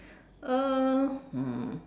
uh um